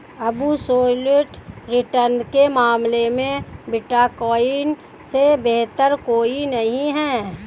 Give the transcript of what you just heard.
absolute return के मामले में बिटकॉइन से बेहतर कोई नहीं है